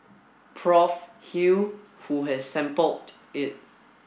Prof Hew who has sampled it